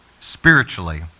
spiritually